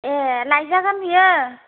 ए लायजागोन बियो